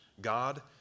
God